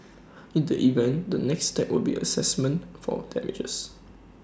in that event the next step will be A Assessment for damages